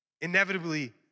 inevitably